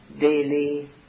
daily